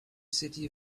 city